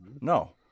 No